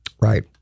Right